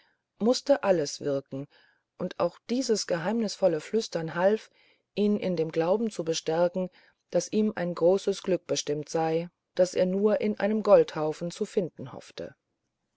mußte alles wirken und auch dieses geheimnisvolle flüstern half ihn in dem glauben bestärken daß ihm ein großes glück bestimmt sei das er nur in einem goldhaufen zu finden hoffte